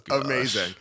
amazing